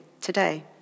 today